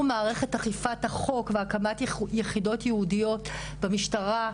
מערכת אכיפת החוק והקמת יחידות ייעודיות במשטרה,